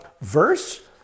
verse